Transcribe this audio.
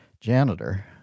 janitor